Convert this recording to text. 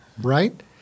right